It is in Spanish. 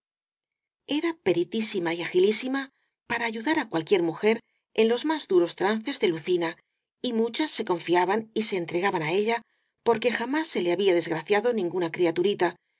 era peritísima y agilísima para ayudar á cualquier mujer en los más duros trances dé lucina y muchas se confiaban y se entregaban á ella porque jamás se le había desgraciado ninguna criaturita